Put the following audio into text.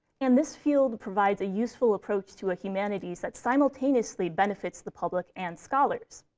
and this field provides a useful approach to a humanities that simultaneously benefits the public and scholars.